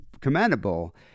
commendable